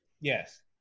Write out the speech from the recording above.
Yes